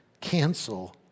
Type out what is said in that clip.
cancel